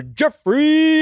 Jeffrey